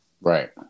Right